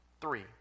Three